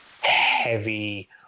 heavy